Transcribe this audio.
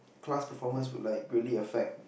class performance would like greatly affect